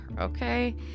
okay